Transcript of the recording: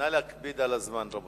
נא להקפיד על הזמן נדמה